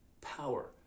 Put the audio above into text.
power